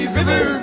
River